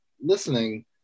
listening